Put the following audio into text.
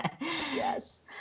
Yes